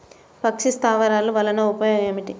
పక్షి స్థావరాలు వలన ఉపయోగం ఏమిటి?